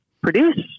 produce